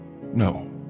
No